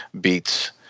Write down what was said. beats